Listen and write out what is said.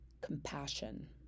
compassion